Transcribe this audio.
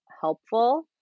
helpful